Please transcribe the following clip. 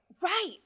right